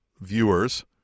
viewers